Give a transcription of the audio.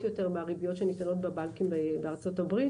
יותר מהריביות שניתנות בבנקים בארצות הברית,